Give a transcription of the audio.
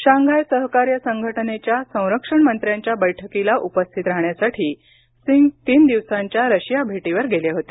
Shanghai सहकार्य संघटनेच्या संरक्षण मंत्र्यांच्या बैठकीला उपस्थित राहण्यासाठी सिंग तीन दिवसांच्या रशिया भेटीवर गेले होते